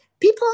people